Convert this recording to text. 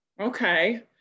Okay